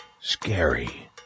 scary